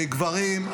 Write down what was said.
גברים,